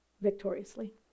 victoriously